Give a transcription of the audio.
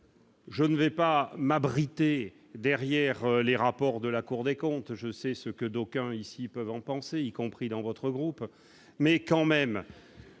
Je ne vais pas m'abriter derrière les rapports de la Cour des comptes, je sais ce que d'aucuns ici peuvent en penser, y compris dans votre groupe, mais quand même,